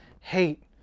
hate